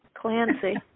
Clancy